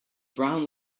brown